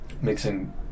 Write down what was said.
mixing